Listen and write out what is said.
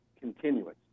continuous